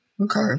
okay